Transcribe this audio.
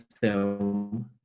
film